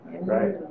Right